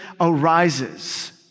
arises